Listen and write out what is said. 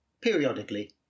periodically